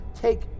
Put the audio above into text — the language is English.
take